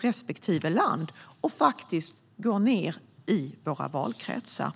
respektive länder och går ända ned i våra valkretsar.